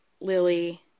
Lily